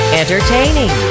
entertaining